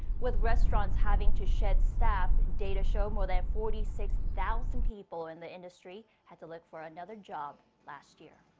with restaurants having to shed staff. data show more than forty six thousand people in the industry had to look for another job last year.